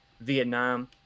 Vietnam